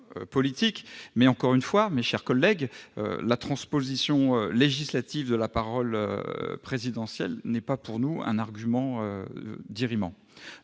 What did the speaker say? mais, encore une fois, mes chers collègues, la transposition législative de la parole présidentielle n'est pas un argument dirimant